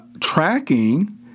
tracking